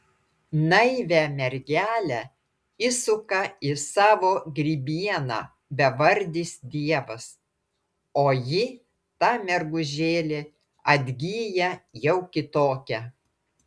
naivią mergelę įsuka į savo grybieną bevardis dievas o ji ta mergužėlė atgyja jau kitokia